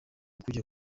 kujya